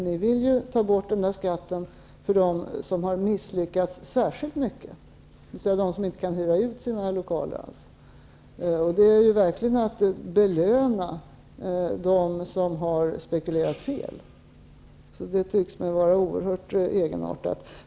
Ni vill ju ta bort den skatten för dem som har misslyckats särskilt mycket, dvs. de som inte kan hyra ut sina lokaler alls. Det är verkligen att belöna dem som har spekulerat fel. Det tycks mig vara oerhört egenartat.